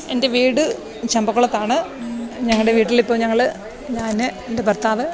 എൻ്റെ വീട് ചമ്പക്കുളത്താണ് ഞങ്ങളുടെ വീട്ടിലിപ്പോൾ ഞങ്ങൾ ഞാൻ എൻ്റെ ഭർത്താവ്